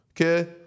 Okay